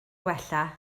gwella